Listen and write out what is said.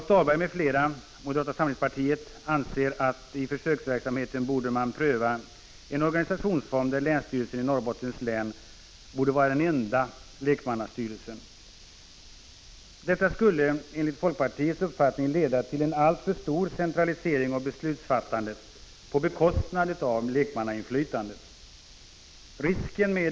Rolf Dahlberg m.fl. från moderata samlingspartiet anser att man i försöksverksamheten borde pröva en organisationsform där länsstyrelsen i Norrbottens län är den enda lekmannastyrelsen. Detta skulle enligt folkpar tiets uppfattning leda till en alltför stor centralisering av beslutsfattandet på bekostnad av lekmannainflytandet.